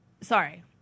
sorry